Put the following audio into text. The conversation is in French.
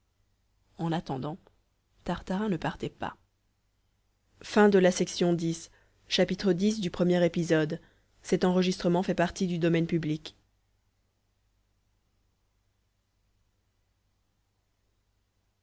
en attendant tartarin ne partait pas xi